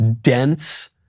dense